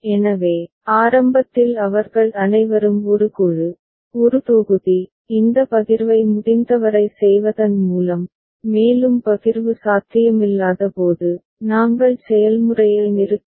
எனவே ஆரம்பத்தில் அவர்கள் அனைவரும் ஒரு குழு ஒரு தொகுதி இந்த பகிர்வை முடிந்தவரை செய்வதன் மூலம் மேலும் பகிர்வு சாத்தியமில்லாதபோது நாங்கள் செயல்முறையை நிறுத்துகிறோம்